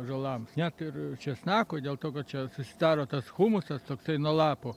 ąžuolams net ir česnako dėl to kad čia susidaro tas humusas toksai nuo lapų